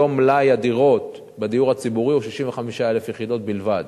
היום מלאי הדירות בדיור הציבורי הוא 65,000 יחידות בלבד,